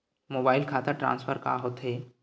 Mobile खाता transfer का होथे?